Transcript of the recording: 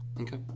Okay